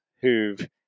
who've